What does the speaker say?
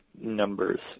numbers